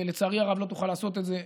לצערי הרב לא תוכל לעשות את זה.